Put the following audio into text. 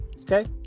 okay